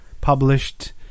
published